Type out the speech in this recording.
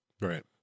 Right